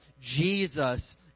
Jesus